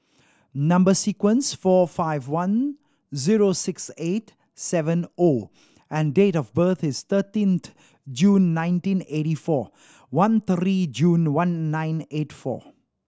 number sequence four five one zero six eight seven O and date of birth is thirteenth June nineteen eighty four one three June one nine eight four